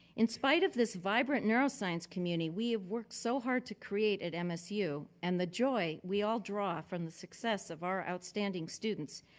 in spite of this vibrant neuroscience community we have worked so hard to create at msu and the joy we all draw from the success of our outstanding students,